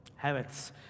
habits